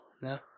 no